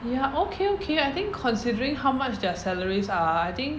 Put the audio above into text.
ya okay okay I think considering how much their salaries are I think